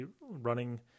running